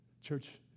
Church